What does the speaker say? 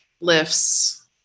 lifts